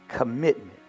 commitment